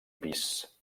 pis